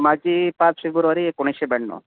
माझी पाच फेब्रुवारी एकोणीसशे ब्याण्णव